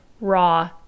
raw